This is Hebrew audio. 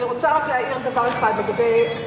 אני רוצה רק להעיר דבר אחד לגבי,